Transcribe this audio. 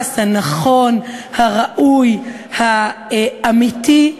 היחס הנכון, הראוי, האמיתי,